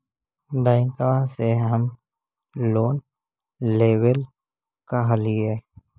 बैंकवा से हम लोन लेवेल कहलिऐ?